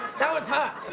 that was her.